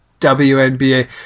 wnba